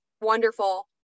wonderful